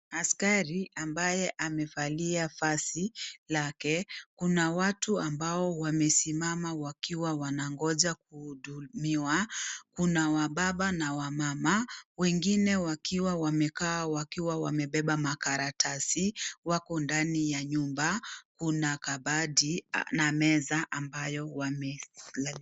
Askari ambaye amevalia vazi lake. Kuna watu ambao wamesimama wakiwa wanangoja kuhudhumiwa. Kuna wababa na wamama. Wengine wakiuwa wamekawa wakiwa wamebeba makaratasi wako ndani ya nyumba. Kuna kabati na meza ambayo wamewe......